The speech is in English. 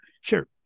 Sure